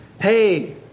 Hey